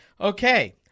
Okay